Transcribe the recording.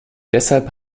deshalb